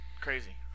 crazy